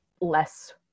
less